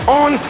on